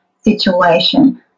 situation